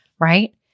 right